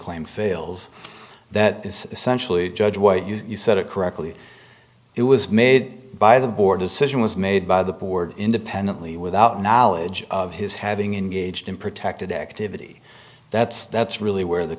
claim fails that is essentially judge white you said it correctly it was made by the board decision was made by the board independently without knowledge of his having in gauged in protected activity that's that's really where the